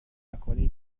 نکنی